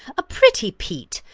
a pretty peat!